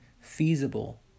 feasible